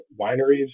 wineries